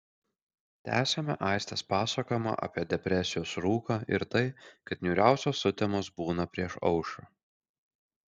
tęsiame aistės pasakojimą apie depresijos rūką ir tai kad niūriausios sutemos būna prieš aušrą